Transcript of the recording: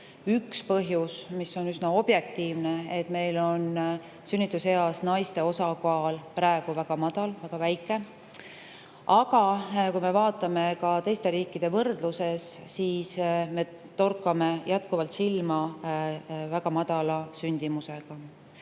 Üks põhjus, mis on üsna objektiivne, on see, et meil on sünnituseas naiste osakaal praegu väga väike. Aga kui me vaatame seda ka teiste riikide võrdluses, siis me torkame jätkuvalt silma väga madala sündimusega.